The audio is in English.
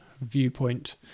viewpoint